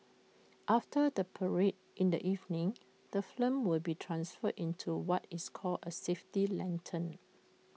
after the parade in the evening the flame will be transferred into what is called A safety lantern